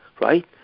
right